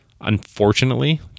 Unfortunately